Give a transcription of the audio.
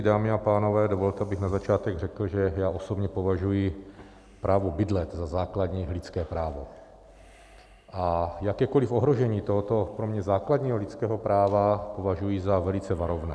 Dámy a pánové, dovolte, abych na začátek řekl, že já osobně považuji právo bydlet za základní lidské právo a jakékoliv ohrožení tohoto pro mě základního lidského práva považuji za velice varovné.